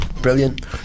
Brilliant